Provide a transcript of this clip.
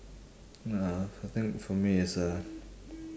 I think for me is uh